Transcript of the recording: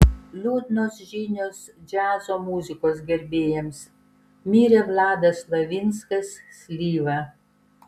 liūdnos žinios džiazo muzikos gerbėjams mirė vladas slavinskas slyva